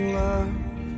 love